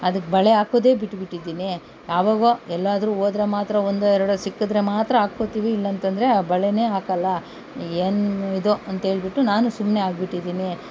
ಅದಕ್ಕೆ ಬಳೆ ಹಾಕೋದೇ ಬಿಟ್ಟು ಬಿಟ್ಟಿದ್ದೀನಿ ಯಾವಾಗೋ ಎಲ್ಲಾದ್ರು ಹೋದ್ರೆ ಮಾತ್ರ ಒಂದೋ ಎರಡೋ ಸಿಕ್ಕಿದ್ರೆ ಮಾತ್ರ ಹಾಕ್ಕೊತೀವಿ ಇಲ್ಲಂತಂದ್ರೆ ಆ ಬಳೆಯೇ ಹಾಕೋಲ್ಲ ಏನು ಇದೋ ಅಂತ ಹೇಳ್ಬಿಟ್ಟು ನಾನು ಸುಮ್ನೆ ಆಗಿ ಬಿಟ್ಟಿದ್ದೀನಿ